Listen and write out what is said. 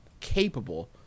capable